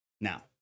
Now